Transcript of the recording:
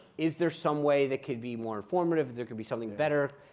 is there some way that could be more informative? there could be something better.